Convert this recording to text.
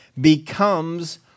becomes